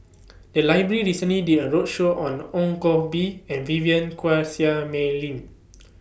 The Library recently did A roadshow on Ong Koh Bee and Vivien Quahe Seah Mei Lin